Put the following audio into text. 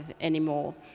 anymore